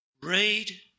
Read